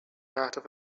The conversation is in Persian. اهداف